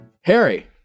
Harry